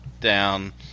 down